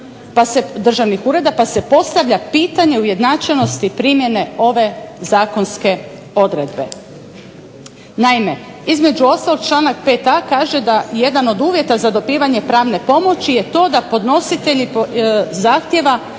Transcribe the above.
Pa se postavlja pitanje ujednačenosti primjene ove zakonske odredbe. Naime, između ostalog članak 5a. kaže da jedan od uvjeta za dobivanje pravne pomoći je to da podnositelj zahtjeva